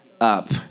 up